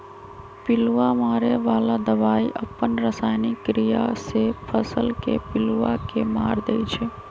पिलुआ मारे बला दवाई अप्पन रसायनिक क्रिया से फसल के पिलुआ के मार देइ छइ